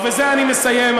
ובזה אני מסיים,